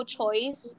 choice